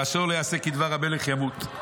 ואשר לא יעשה כדבר המלך ימות.